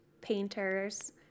painters